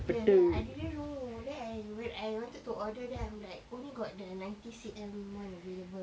ya lah I didn't know then I when I wanted to order then I'm like only got their ninety C_M one available and then right